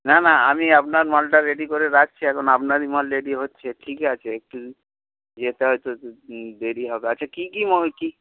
না না আমি আপনার মালটা রেডি করে রাখছি এখন আপনারই মাল রেডি হচ্ছে ঠিক আছে একটু যেতে হয়তো দেরি হবে আচ্ছা কী কী মাল কী